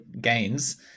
gains